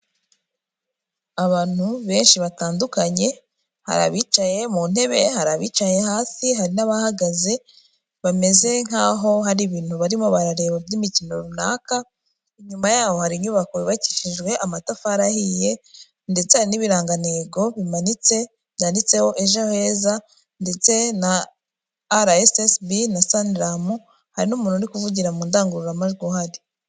Abantu benshi batandukanye hari abicaye mu ntebe hari abicaye hasi hari n'abahagaze bameze nk'aho hari ibintu barimo barareba by'imikino runaka inyuma yaho hari inyubako yubakishijwe amatafari ahiye ndetse n'ibirangantego bimanitse bditseho ejo heza ndetse na arasesibi na sandaramu hari n'umuntu uri kuvugira mu ndangururamajwi uhari.